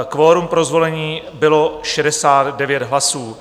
Kvorum pro zvolení bylo 69 hlasů.